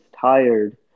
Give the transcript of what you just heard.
tired